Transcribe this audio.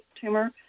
tumor